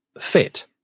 fit